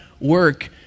work